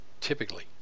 typically